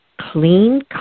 clean